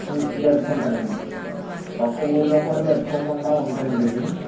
వున్ జరుపుకుంటారు అండి ఒక్క ఊరిలో కూడా జరుపుకోకుండా ఉండరండి ఇది